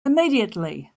immediately